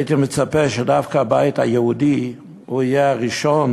הייתי מצפה שדווקא הבית היהודי יהיה הראשון